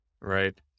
right